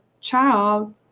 child